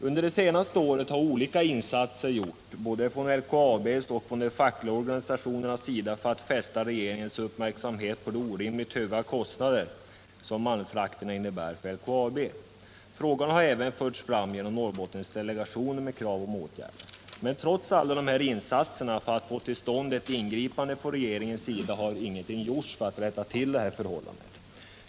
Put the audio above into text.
Under det senaste året har olika insatser gjorts från LKAB:s och de fackliga organisationernas sida för att fästa regeringens uppmärksamhet på de orimligt höga kostnader som malmfrakterna innebär för LKAB. Frågan har även förts fram genom Norrbottensdelegationen med krav på åtgärder. Men trots alla insatser för att få till stånd ett ingripande från regeringens sida har ingenting gjorts för att rätta till förhållandet.